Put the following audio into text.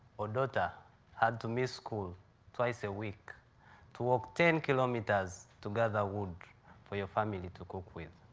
or daughter had to miss school twice a week to walk ten kilometers to gather wood for your family to cook with.